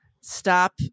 stop